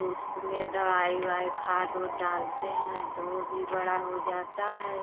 तो उसमें दवाई ओवाई खाद ओद डालते हैं तो वो भी बड़ा हो जाता है